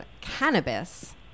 cannabis